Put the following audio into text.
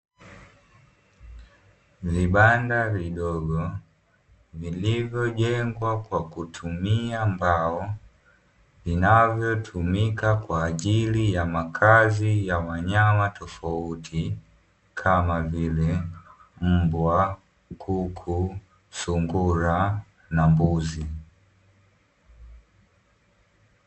Vibanda vidogo vilivyo jengwa kwa kutumia mbao, vinavyotumika kwa ajili ya makazi ya wanyama tofauti. Kama vile mbwa, kuku, sungura na mbuzi.